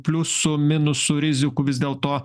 pliusų minusų rizikų vis dėlto